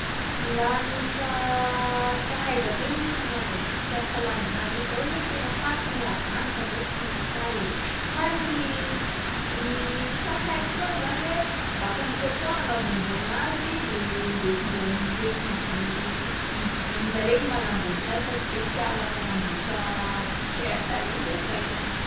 Laha gny fa- fahaizako hoe ny fanaova t-shirt landihazo, zaho loha tena sarotsy ny havandy fa zaho tsy mahay. Fa gny- gny ha- haiko foana zany hoe baka am'coton no anaovandreo anazy de indesindreo am'regny usi- i- usine regny manamboatry anazy, fa spécial magnamboatra t-shirt regny de zay.